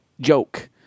joke